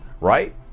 right